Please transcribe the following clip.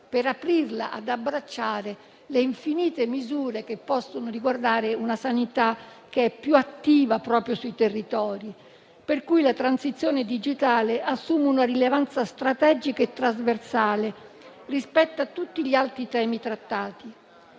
per aprirla ad abbracciare le infinite misure che possono riguardare una sanità più attiva sui territori. La transizione digitale assume perciò una rilevanza strategica e trasversale rispetto a tutti gli altri temi trattati.